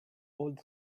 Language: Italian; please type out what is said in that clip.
old